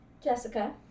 Jessica